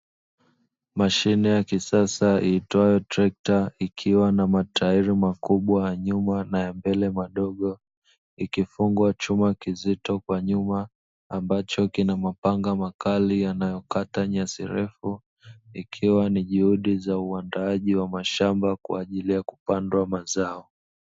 Mashine ya kisasa iitwayo trekta ikiwa na matairi makubwa ya nyuma na ya mbele madogo, ikishika chuma kizito kwa nyuma ambacho kina mapanga makali yanayokata nyasi refu, ikiwa ni juhudi za uandaaji wa mashamba kwaajili ya kupanda mazao.